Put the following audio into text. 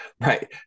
Right